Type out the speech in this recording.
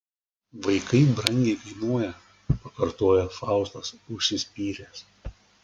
vaikai brangiai kainuoja pakartoja faustas užsispyręs